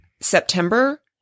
September